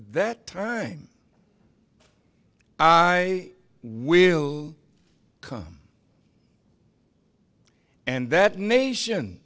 that time i will come and that nation